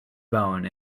bone